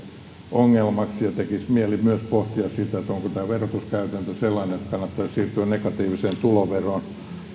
ongelmaksi ja tekisi mieli myös pohtia sitä onko tämä verotuskäytäntö sellainen että kannattaa siirtyä negatiiviseen tuloveroon